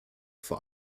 vor